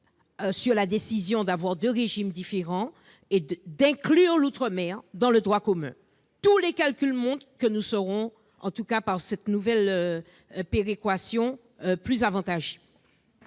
sur sa décision de créer deux régimes différents et d'inclure l'outre-mer dans le droit commun. Tous les calculs montrent que nous serons plus avantagés par cette nouvelle péréquation. L'amendement